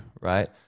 Right